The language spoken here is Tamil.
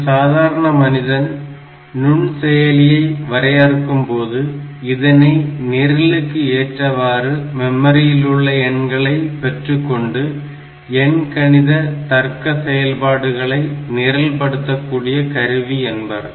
ஒரு சாதாரண மனிதன் நுண் செயலியை வரையறுக்கும் போது இதனை நிரலுக்கு ஏற்றவாறு மெமரியில் உள்ள எண்களை பெற்றுகொண்டு எண்கணித தர்க்க செயல்பாடுகளை நிரல்படுத்தக்கூடிய கருவி என்பர்